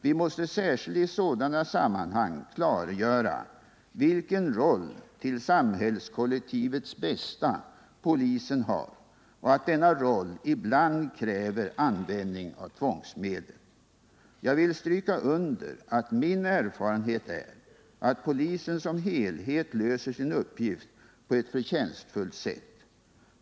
Vi måste särskilt i sådana sammanhang klargöra vilken roll till samhällskollektivets bästa polisen har och att denna roll ibland kräver användning av tvångsmedel. Jag vill stryka under att min erfarenhet är att polisen som helhet löser sin uppgift på ett förtjänstfullt sätt.